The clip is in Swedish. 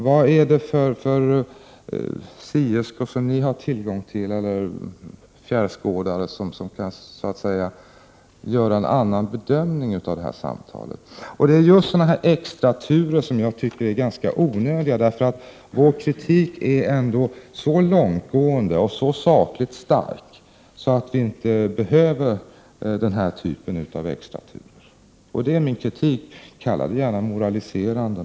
Vilka sierskor eller fjärrskådare har ni tillgång till som kan göra en annan bedömning av samtalet? Det är just sådana här extraturer som är ganska onödiga. Vår kritik är ändå så långtgående och så sakligt stark att den här typen av extraturer inte behövs. Det är min kritik. Tala gärna om moraliserande!